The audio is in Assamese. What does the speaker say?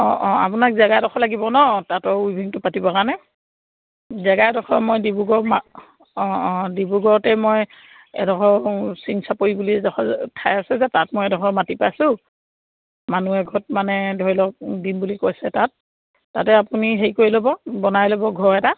অঁ অঁ আপোনাক জেগাডোখৰ লাগিব ন তাত উইভিংটো পাতিবৰ কাৰণে জেগা এডোখৰ মই ডিব্ৰুগড় অঁ অঁ ডিব্ৰুগড়তে মই এডোখৰ চিৰিং চাপৰি বুলি এডখৰ ঠাই আছে যে তাত মই এডখৰ মাটি পাইছোঁ মানুহ এঘৰত মানে ধৰি লওক দিম বুলি কৈছে তাত তাতে আপুনি হেৰি কৰি ল'ব বনাই ল'ব ঘৰ এটা